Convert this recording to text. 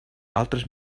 altres